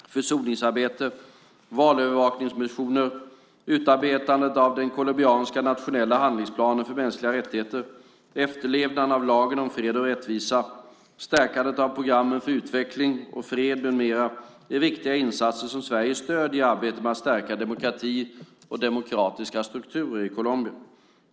Försoningsarbete, valövervakningsmissioner, utarbetandet av den colombianska nationella handlingsplanen för mänskliga rättigheter, efterlevandet av lagen om fred och rättvisa, stärkandet av programmen för utveckling och fred med mera är viktiga insatser, som Sverige stöder, i arbetet med att stärka demokrati och demokratiska strukturer i Colombia.